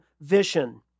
vision